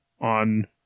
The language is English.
on